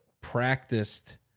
practiced